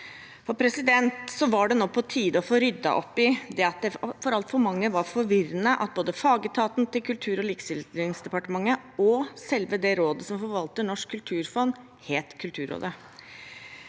Det var nå på tide å få ryddet opp i at det for altfor mange var forvirrende at både fagetaten til Kultur- og likestillingsdepartementet og selve rådet som forvalter Norsk kulturfond, het Kulturrådet,